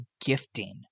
gifting